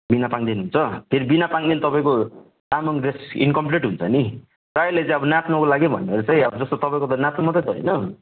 बिना पाङ्देन हुन्छ फेरि बिना पाङ्देन तपाईँको तामाङ ड्रेस इनकम्प्लिट हुन्छ नि प्रायःले चाहिँ अब नाच्नुको लागि भनेर चाहिँ अब जस्तै तपाईँको त नाच्नु मात्रै त होइन